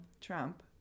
Trump